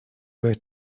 were